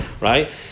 right